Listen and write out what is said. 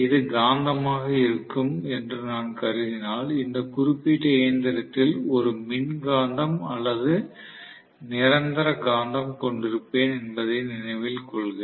இது காந்தமாக இருக்கும் என்று நான் கருதினால் இந்த குறிப்பிட்ட இயந்திரத்தில் ஒரு மின்காந்தம் அல்லது நிரந்தர காந்தம் கொண்டிருப்பேன் என்பதை நினைவில் கொள்க